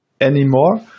anymore